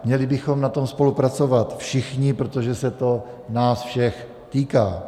Měli bychom na tom spolupracovat všichni, protože se to nás všech týká.